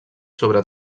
sobre